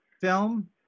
film